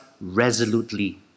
resolutely